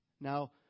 Now